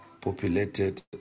populated